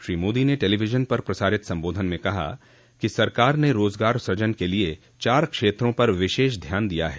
श्री मोदी ने टेलीविजन पर प्रसारित संबोधन में कहा कि सरकार ने रोजगार सूजन के लिए चार क्षेत्रों पर विशेष ध्यान दिया है